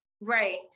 Right